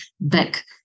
back